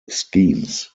schemes